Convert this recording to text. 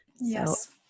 Yes